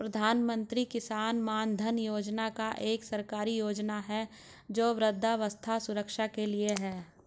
प्रधानमंत्री किसान मानधन योजना एक सरकारी योजना है जो वृद्धावस्था सुरक्षा के लिए है